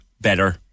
better